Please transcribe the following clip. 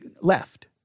left